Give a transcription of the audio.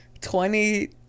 Twenty